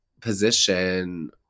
position